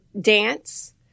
dance